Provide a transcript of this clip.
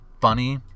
funny